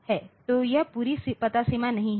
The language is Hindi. तो यह पूरी पता सीमा नहीं है